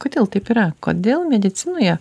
kodėl taip yra kodėl medicinoje